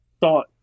thought